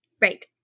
Right